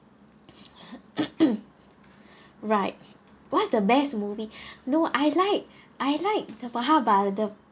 right what's the best movie no I like I like the but how about the